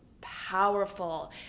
powerful